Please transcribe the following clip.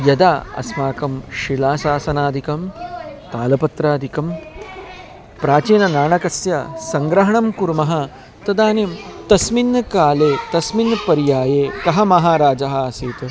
यदा अस्माकं शिलाशासनादिकं तालपत्रादिकं प्राचीनं नाणकस्य सङ्ग्रहणं कुर्मः तदानीं तस्मिन् काले तस्मिन् पर्याये कः महाराजः आसीत्